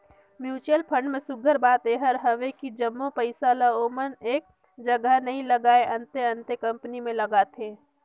mutual fund में सुग्घर बात एहर हवे कि जम्मो पइसा ल ओमन एक जगहा नी लगाएं, अन्ते अन्ते कंपनी में लगाथें